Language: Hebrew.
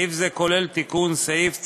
סעיף זה כולל תיקון סעיף 9(א)